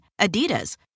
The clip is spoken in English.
Adidas